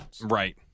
Right